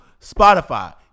Spotify